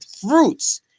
fruits